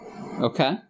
Okay